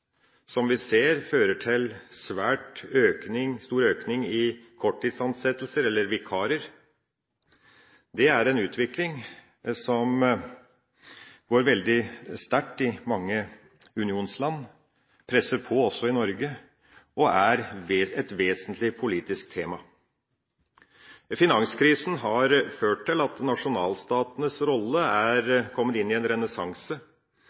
vi fører til en svært stor økning i korttidsansettelser eller vikarer. Det er en utvikling som er veldig sterk i mange unionsland, som presser på også i Norge, og som er et vesentlig politisk tema. Finanskrisen har ført til at nasjonalstatenes rolle er kommet inn i en renessanse.